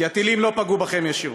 כי הטילים לא פגעו בכם ישירות,